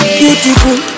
beautiful